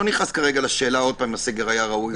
לא נכנס לשאלה אם הסגר היה ראוי או לא.